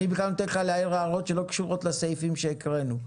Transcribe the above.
אני בכלל נותן לך להעיר הערות שלא קשורות לסעיפים שהקראנו.